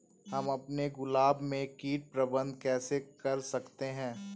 हम अपने गुलाब में कीट प्रबंधन कैसे कर सकते है?